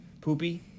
Poopy